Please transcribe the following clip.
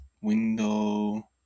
window